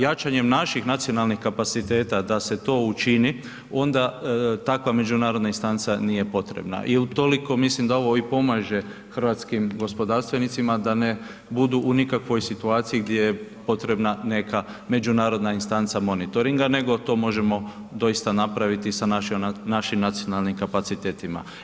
Jačanjem naših nacionalnih kapaciteta, da se to učini, onda takva međunarodna instanca nije potrebna i utoliko mislim da ovo i pomaže hrvatskim gospodarstvenicima da ne budu u nikakvoj situaciji gdje je potrebna neka međunarodna instanca monitoringa, nego to možemo doista napraviti sa našim nacionalnim kapacitetima.